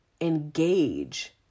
engage